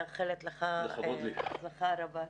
אני מאחלת לך הצלחה רבה.